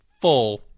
full –